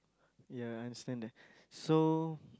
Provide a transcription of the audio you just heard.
ya I understand that so